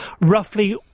Roughly